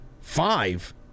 Five